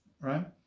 Right